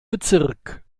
bezirk